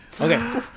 Okay